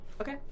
Okay